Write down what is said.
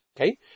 Okay